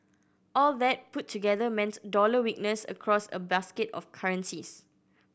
all that put together meant dollar weakness across a basket of currencies